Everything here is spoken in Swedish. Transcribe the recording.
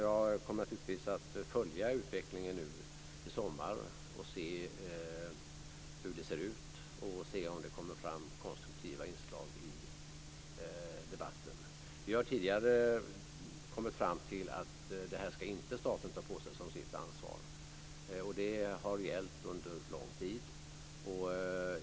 Jag kommer naturligtvis att följa utvecklingen nu i sommar, se hur det ser ut och se om det kommer fram konstruktiva inslag i debatten. Vi har tidigare kommit fram till att staten inte ska ta på sig detta som sitt ansvar. Det har gällt under lång tid.